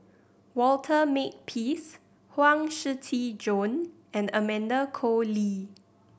Walter Makepeace Huang Shiqi Joan and Amanda Koe Lee